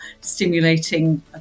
stimulating